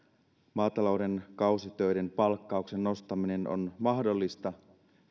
maatalouden kausitöiden palkkauksen nostaminen on mahdollista